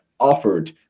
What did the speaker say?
offered